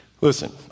listen